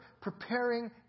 preparing